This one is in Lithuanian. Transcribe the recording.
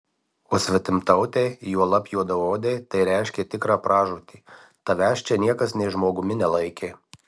o svetimtautei juolab juodaodei tai reiškė tikrą pražūtį tavęs čia niekas nė žmogumi nelaikė